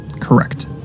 Correct